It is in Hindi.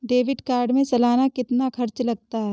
डेबिट कार्ड में सालाना कितना खर्च लगता है?